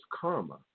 karma